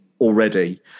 already